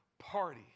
party